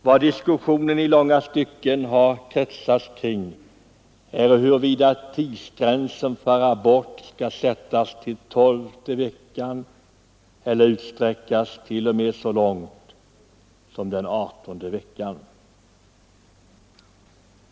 Vad diskussionen i långa stycken har kretsat kring är huruvida tidsgränsen för abort skall sättas vid tolfte veckan eller utsträckas t.o.m. så långt som till den adertonde veckan.